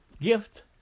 gift